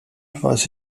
weiß